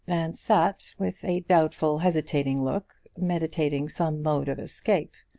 and sat with a doubtful, hesitating look, meditating some mode of escape.